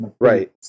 Right